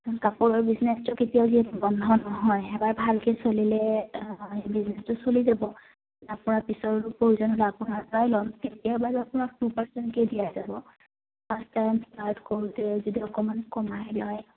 কাপোৰৰ বিজনেছটো কেতিয়াও বন্ধ নহয় এবাৰ ভালকে চলিলে বিজনেচটো চলি যাব আপোনাৰ পিছৰ প্ৰয়োজন হলে আপোনাৰ পৰাই ল'ম কেতিয়াবাৰ আপোনাক টু পাৰ্চেটকে দিয়া যাব ফাৰ্ষ্ট টাইম ষ্টাৰ্ট কৰোঁতে যদি অকণমান কমাই লয়